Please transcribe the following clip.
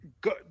Good